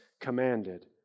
commanded